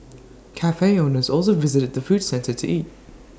Cafe owners also visit the food centre to eat